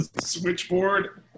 switchboard